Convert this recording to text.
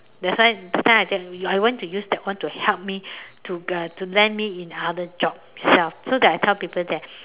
that's why that time I take I went to use that one to help me to uh to land me in other job itself so that I tell other people that